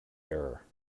error